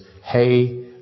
Hey